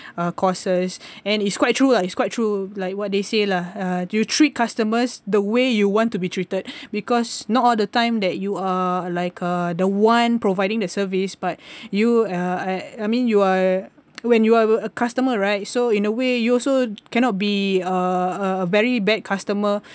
uh courses and it's quite true lah it's quite true like what they say lah uh you treat customers the way you want to be treated because not all the time that you are like uh the one providing the service but you are I mean you are when you are a customer right so in a way you also cannot be a a very bad customer